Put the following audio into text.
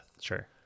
sure